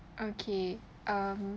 okay um